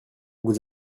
vous